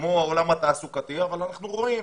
כמו העולם התעסוקתי, אבל אנחנו רואים